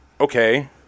okay